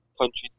country